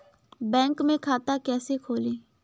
Bank में खाता कैसे खोलें?